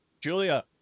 Julia